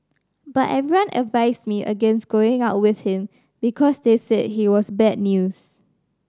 but everyone advised me against going out with him because they said he was bad news